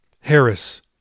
Harris